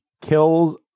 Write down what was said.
kills